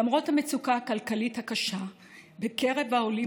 למרות המצוקה הכלכלית הקשה בקרב העולים